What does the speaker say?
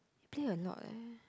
play a lot leh